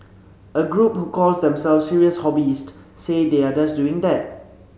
a group who calls themselves serious hobbyists say they are doing just that